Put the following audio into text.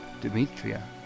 Demetria